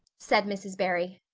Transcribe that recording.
said mrs. barry.